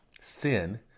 sin